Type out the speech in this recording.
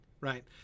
Right